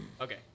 Okay